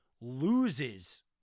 loses